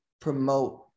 promote-